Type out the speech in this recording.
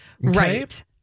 Right